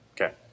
Okay